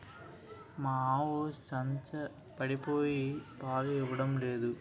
మా ఆవు సంచపడిపోయి పాలు ఇవ్వడం నేదు